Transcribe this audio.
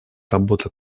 работа